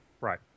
Right